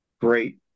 great